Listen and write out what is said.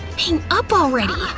hang up, already!